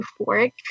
euphoric